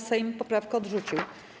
Sejm poprawkę odrzucił.